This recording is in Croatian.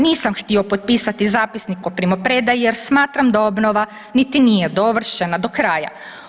Nisam htio potpisati zapisnik o primopredaji jer smatram da obnova niti nije dovršena do kraja.